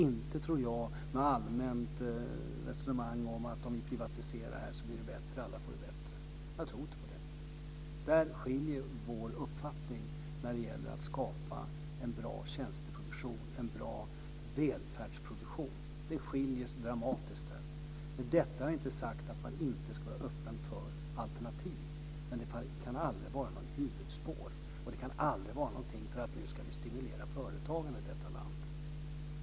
Jag tror inte på något allmänt resonemang om att bara vi privatiserar så får alla det bättre. Där skiljer vi oss dramatiskt i våra uppfattningar när det gäller att skapa en bra tjänsteproduktion och en bra välfärdsproduktion. Med detta har jag inte sagt att man inte ska vara öppen för alternativ, men det kan aldrig vara något huvudspår och aldrig vara någonting för att stimulera företagen i det här landet.